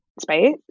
space